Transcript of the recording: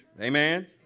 Amen